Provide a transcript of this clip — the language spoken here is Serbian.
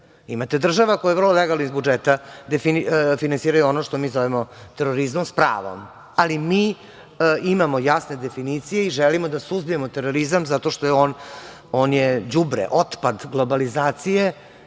država koje vrlo legalno iz budžeta definišu ono što mi zovemo terorizmom, s pravom, ali mi imamo jasne definicije i želimo da suzbijemo terorizam zato što on je đubre, otpad globalizacije,